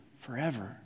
forever